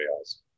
else